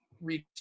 reach